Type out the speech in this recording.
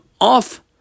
off